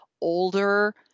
older